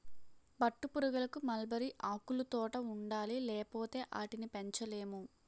పట్టుపురుగులకు మల్బరీ ఆకులుతోట ఉండాలి లేపోతే ఆటిని పెంచలేము